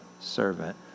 servant